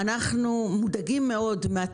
אנחנו מודאגים מאוד מזה